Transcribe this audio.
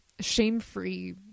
shame-free